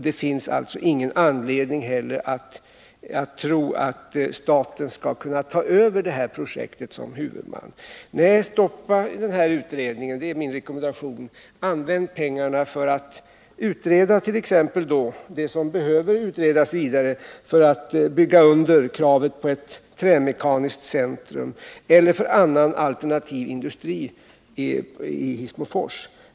Det finns alltså inte heller någon anledning att tro att staten skall kunna ta över det här projektet som ståelse för. Men det är desto bättre när huvudman. Nej, stoppa denna utredning! Det är min rekommendation. Använd pengarna för att utreda t.ex. det som behöver utredas vidare för att bygga under kravet på ett trämekaniskt centrum — eller annan alternativ industri i Hissmofors!